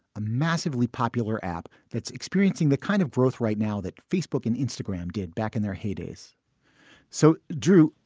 a massively popular app that's experiencing the kind of growth right now that facebook and instagram did back in their heydays so, drew,